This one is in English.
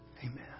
Amen